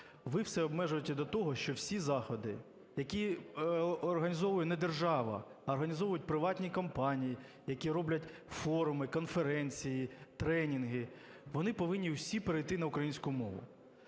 Ви все обмежуєте до того, що всі заходи, які організовує не держава, а організовують приватні компанії, які роблять форуми, конференції, тренінги, вони повинні усі перейти на українську мову.